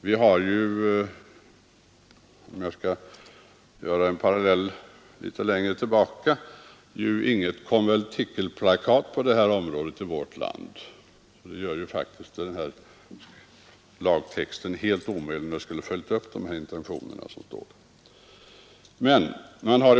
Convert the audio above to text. Vi har — om jag skall dra en parallell från längre tid tillbaka — inget konventikelplakat på detta område i vårt land, och det skulle faktiskt ha gjort lagtexten helt omöjlig, om man skulle ha följt upp intentionerna i propositionstexten.